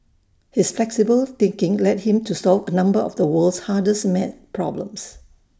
his flexible thinking led him to solve A number of the world's hardest math problems